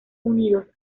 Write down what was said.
unidos